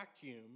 vacuum